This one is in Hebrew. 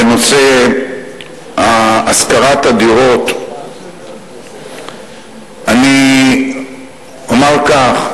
בנושא השכרת הדירות אני אומר כך: